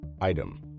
Item